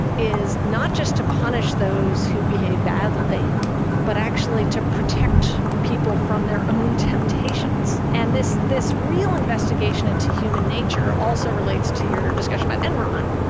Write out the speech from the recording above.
is not just to punish those who behave badly but actually to protect people from their own temptations. and this this real investigation into human nature also relates to your discussion about enron.